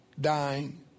dying